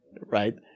right